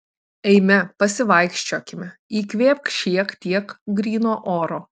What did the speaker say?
eime pasivaikščiokime įkvėpk šiek tiek gryno oro